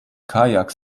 kajak